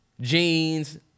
jeans